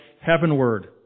heavenward